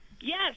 Yes